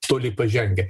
toli pažengę